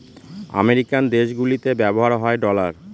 American দেশগুলিতে ব্যবহার হয় ডলার